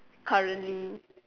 currently